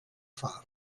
farlo